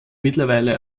mittlerweile